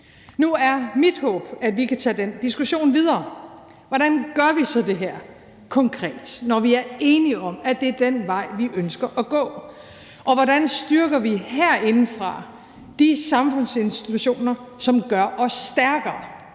Nu er mit håb, at vi kan tage den diskussion videre. Hvordan gør vi så det her konkret, når vi er enige om, at det er den vej, vi ønsker at gå? Og hvordan styrker vi herindefra de samfundsinstitutioner, som gør os stærkere